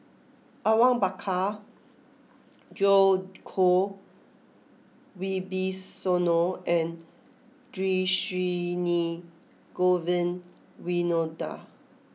Awang Bakar Djoko Wibisono and Dhershini Govin Winodan